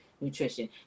nutrition